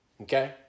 okay